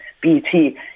BT